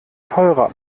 teurer